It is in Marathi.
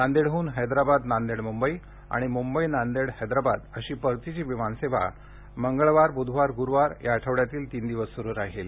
नांदेडहन हैदराबाद नांदेड म्बई आणि म्ंबई नांदेड हैद्राबाद अशी परतीची विमानसेवा मंगळवार ब्धवार ग्रुवार या आठवड्यातील तीन दिवसांसाठी स्रु आहे